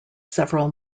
several